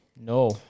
No